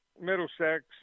Middlesex